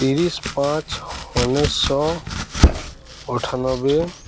ତିରିଶ ପାଞ୍ଚ ଉଣେଇଶିଶହ ଅଠାନବେ